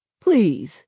Please